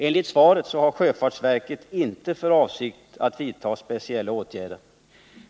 Enligt svaret har sjöfartsverket inte för avsikt att vidta speciella åtgärder.